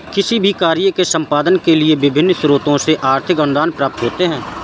किसी भी कार्य के संपादन के लिए विभिन्न स्रोतों से आर्थिक अनुदान प्राप्त होते हैं